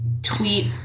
tweet